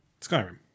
skyrim